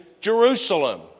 Jerusalem